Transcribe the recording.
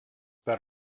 per